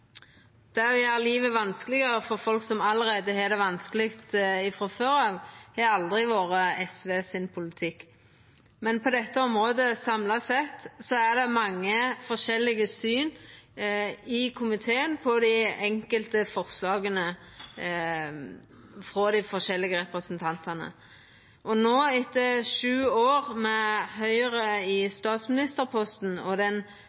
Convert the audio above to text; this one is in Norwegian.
Det å gjera livet vanskelegare for folk som har det vanskeleg frå før, har aldri vore politikken til SV. Men på dette området er det samla sett mange forskjellige syn i komiteen på dei enkelte forslaga – frå dei forskjellige representantane. No, etter sju år med Høgre i statsministerposten og den